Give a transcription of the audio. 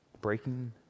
Breaking